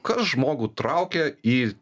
kas žmogų traukia į